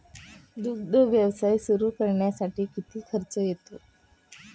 दुग्ध व्यवसाय सुरू करण्यासाठी किती खर्च येतो?